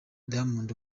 diamond